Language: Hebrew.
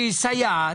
שהיא סייעת,